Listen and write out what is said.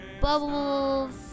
bubbles